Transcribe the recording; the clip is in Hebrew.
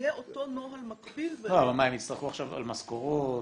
יהיה אותו נוהל מקביל --- הם יצטרכו עכשיו על משכורות,